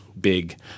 big